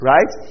Right